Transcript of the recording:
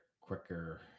quicker